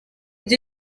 ibyo